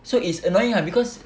so it's annoying lah because